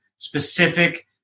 specific